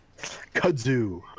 Kudzu